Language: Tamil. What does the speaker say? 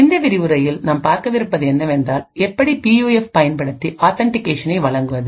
இந்த விரிவுரையில் நாம் பார்க்க விருப்பது என்னவென்றால் எப்படி பியூஎஃப் பயன்படுத்திஆத்தன்டிகேஷனை வழங்குவது